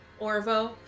Orvo